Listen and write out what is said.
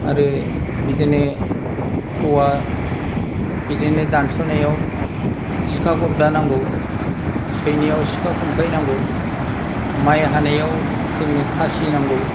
आरो बिदिनो औवा बिदिनो दानस'नायाव सिखा गबदा नांगौ सैनायाव सिखा खंखाय नांगौ माइ हानायाव जोंनो खासि नांगौ